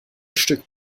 stück